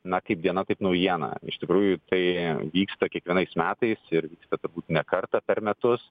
na kaip diena taip naujiena iš tikrųjų tai vyksta kiekvienais metais ir turbūt ne kartą per metus